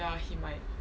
ya he might